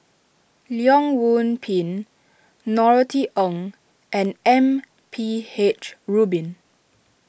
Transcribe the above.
Leong Yoon Pin Norothy Ng and M P H Rubin